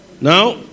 Now